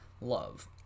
love